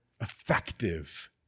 effective